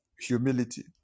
Humility